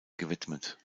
gewidmet